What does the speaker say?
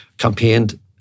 campaigned